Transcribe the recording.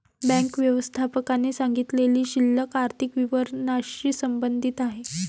bank व्यवस्थापकाने सांगितलेली शिल्लक आर्थिक विवरणाशी संबंधित आहे